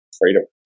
freedom